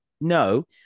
No